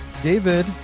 David